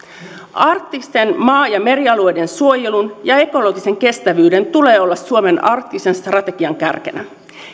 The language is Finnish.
arktisten maa ja merialueiden suojelun ja ekologisen kestävyyden tulee olla suomen arktisen strategian kärkenä